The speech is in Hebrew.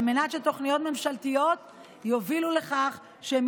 על מנת שתוכניות ממשלתיות יובילו לכך שהן